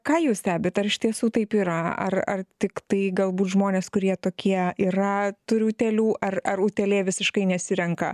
ką jūs stebit ar iš tiesų taip yra ar ar tiktai galbūt žmonės kurie tokie yra turi utėlių ar ar utėlė visiškai nesirenka